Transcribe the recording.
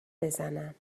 بزنم